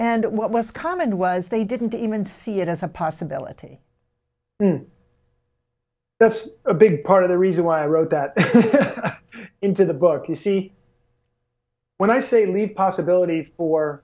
and what less common was they didn't even see it as a possibility then that's a big part of the reason why i wrote that into the book you see when i say leave possibilities or